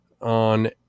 on